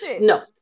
No